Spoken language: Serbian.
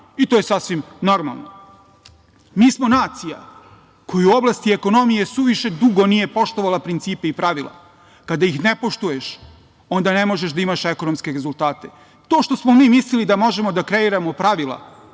i to je sasvim normalno. Mi smo nacija koja u oblasti ekonomije suviše dugo nije poštovala principe i pravila. Kada ih ne poštuješ onda ne možeš da imaš ekonomske rezultate. To što smo mi mislili da možemo da kreiramo pravila,